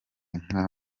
nka